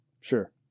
Sure